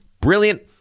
Brilliant